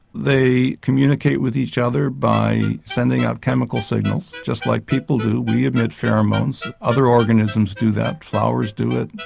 they communicate with each other by sending out chemical signals just like people do, we emit pheromones, other organisms do that, flowers do it,